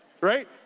right